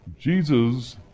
Jesus